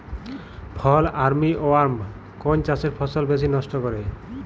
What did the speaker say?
ফল army worm কোন চাষের ফসল বেশি নষ্ট করে?